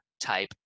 type